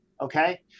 Okay